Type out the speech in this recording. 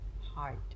heart